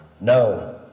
No